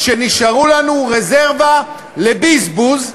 שנשארו לנו רזרבה לבזבוז,